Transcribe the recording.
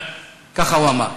ככה הוא אמר.